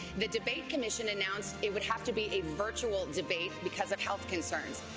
the debate commission announced it would have to be a virtual debate because of health concerns.